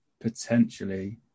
Potentially